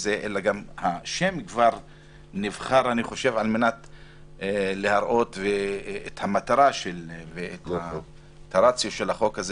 אלא גם השם נבחר כדי להראות את המטרה ואת הרציו של החוק הזה